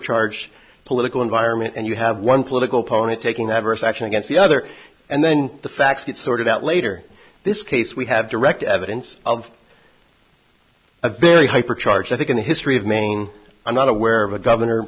charged political environment and you have one political party taking every action against the other and then the facts get sorted out later this case we have direct evidence of a very hyper charge i think in the history of maine i'm not aware of a governor